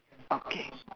okay